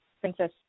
Princess